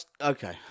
Okay